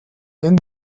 энэ